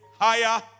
higher